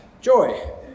Joy